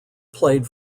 played